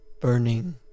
burning